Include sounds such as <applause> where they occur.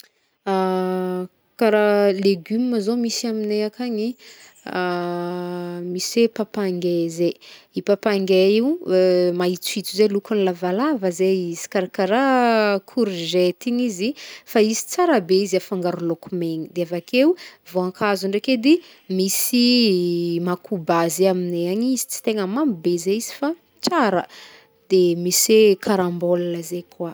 <hesitation> Karaha leguma zao misy amnay akaigny, <hesitation> mise papange zey. I papange io, <hesitation> mahintsohintso zay lokony lavalava ze izy, karakaraha korzety igny izy, fa izy tsara be izy afangaro laoko megna. De avakeo voagnkazo ndreiky edy, misy <hesitation> makobà ze amgney agny izy ts tegna mamy be ze izy fa tsara. De misy e, karambôla zey koa.